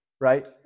right